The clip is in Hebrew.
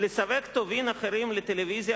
שמטרתו לסווג טובין אחרים לטלוויזיה,